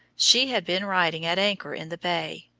she had been riding at anchor in the bay,